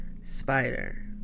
spider